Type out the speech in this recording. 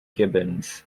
gibbons